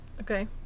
okay